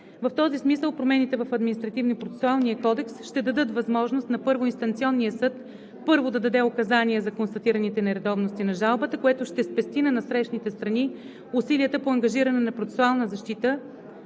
в Административнопроцесуалния кодекс ще дадат възможност на първоинстанционния съд, първо, да даде указания за констатираните нередовности на жалбата, което ще спести на насрещните страни усилията по ангажиране на процесуална защита